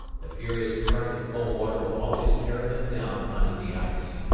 the furious current of cold water will always carry them down under the ice.